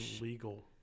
legal